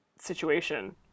situation